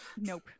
Nope